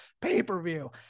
pay-per-view